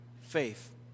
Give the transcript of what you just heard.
faith